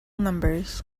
numbers